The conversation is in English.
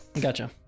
Gotcha